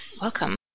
welcome